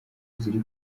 ziri